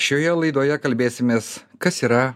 šioje laidoje kalbėsimės kas yra